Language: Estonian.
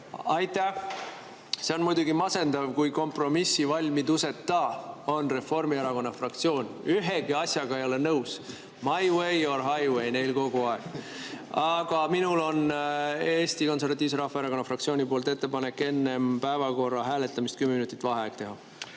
Aitäh! See on muidugi masendav, kui kompromissivalmiduseta on Reformierakonna fraktsioon. Ühegi asjaga ei ole nõus.My way or highway, neil kogu aeg. Aga minul on Eesti Konservatiivse Rahvaerakonna fraktsiooni poolt ettepanek teha enne päevakorra hääletamist kümme minutit vaheaega.